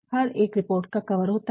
हर एक रिपोर्ट का कवर होता है